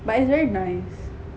but it's very nice